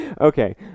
Okay